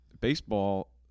Baseball